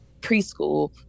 preschool